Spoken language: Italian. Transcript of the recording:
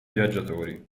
viaggiatori